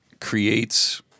creates